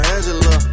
Angela